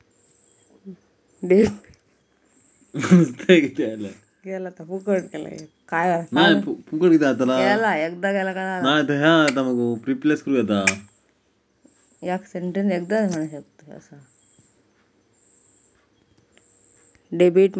Debit म्हणजे काय?